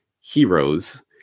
heroes